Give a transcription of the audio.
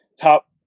top